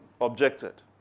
objected